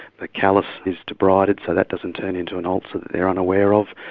the callous is debrided so that doesn't turn into an ulcer that they are unaware of,